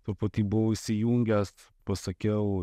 truputį buvau išsijungęs pasakiau